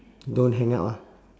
don't hang up ah